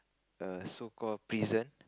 a so called prison